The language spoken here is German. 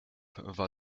war